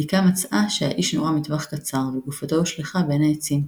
בדיקה מצאה שהאיש נורה מטווח קצר וגופתו הושלכה בין העצים.